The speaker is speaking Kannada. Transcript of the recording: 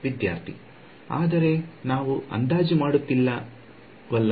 ವಿದ್ಯಾರ್ಥಿ ಆದರೆ ನಾವು ಅಂದಾಜು ಮಾಡುತ್ತಿಲ್ಲ ಇಲ್ಲ